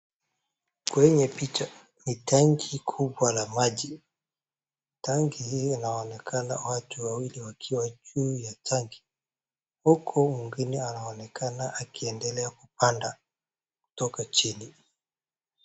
Kwa hiyo picha ni tangi kubwa la maji. Tangi hii inaonekana watu wawili wakiwa juu ya tangi, huku mwingine anaonekana akiendelea kupanda kutoka chini.